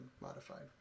modified